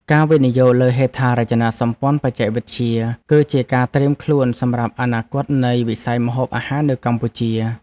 ការវិនិយោគលើហេដ្ឋារចនាសម្ព័ន្ធបច្ចេកវិទ្យា គឺជាការត្រៀមខ្លួនសម្រាប់អនាគតនៃវិស័យម្ហូបអាហារនៅកម្ពុជា។